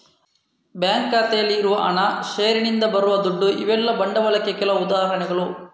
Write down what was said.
bank ಖಾತೆಯಲ್ಲಿ ಇರುವ ಹಣ, ಷೇರಿನಿಂದ ಬರುವ ದುಡ್ಡು ಇವೆಲ್ಲ ಬಂಡವಾಳಕ್ಕೆ ಕೆಲವು ಉದಾಹರಣೆಗಳು